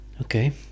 okay